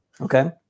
Okay